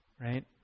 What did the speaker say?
Right